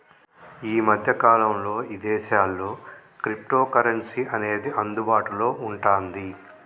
యీ మద్దె కాలంలో ఇదేశాల్లో క్రిప్టోకరెన్సీ అనేది అందుబాటులో వుంటాంది